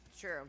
True